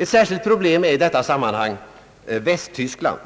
Ett särskilt problem är i detta sammanhang Västtyskland.